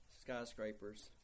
skyscrapers